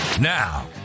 Now